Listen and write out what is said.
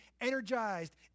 energized